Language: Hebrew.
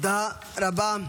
תודה רבה.